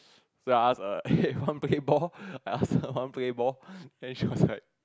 so I ask err hey want play ball I ask her want play ball then she was like